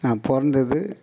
நான் பிறந்தது